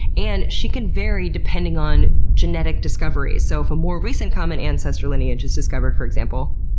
and she can vary depending on genetic discoveries. so if a more recent common ancestor lineage is discovered, for example,